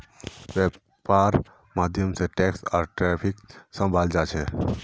वैपार्र माध्यम से टैक्स आर ट्रैफिकक सम्भलाल जा छे